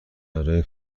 برای